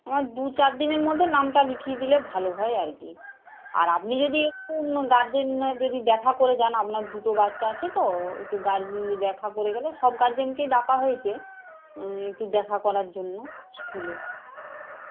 আমার দুচার দিনের মধ্যে নামটা লিখিয়ে দিলে ভালো হয় আর কি আর আপনি যদি একটু গার্জেন নয় যদি দেখা করে যান আপনার দুটো বাচ্চা আছে তো একটু গার্জেন দেখা করে গেলে সব গার্জেনকেই ডাকা হয়েছে একটু দেখা করার জন্য স্কুলে